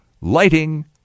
lighting